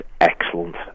excellent